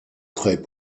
très